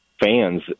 fans